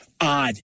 odd